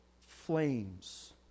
flames